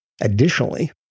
Additionally